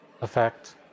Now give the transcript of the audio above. effect